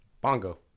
Bongo